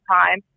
time